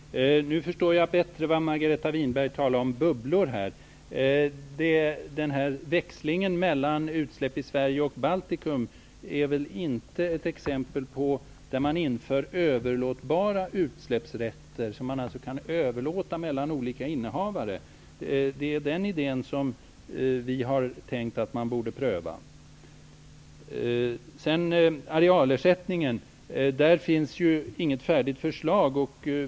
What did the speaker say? Herr talman! Nu förstår jag bättre varför Margareta Winberg talade om bubblor här. Den här växlingen mellan utsläpp i Sverige och Baltikum är väl inte ett exempel på att man inför överlåtbara utsläppsrätter, som man alltså kan överlåta mellan olika innehavare. Det är den idén som vi har tänkt att man borde pröva. Det finns inget färdigt förslag beträffande arealersättningen.